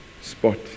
spot